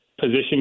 position